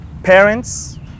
Parents